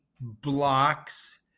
blocks